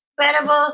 incredible